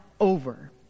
over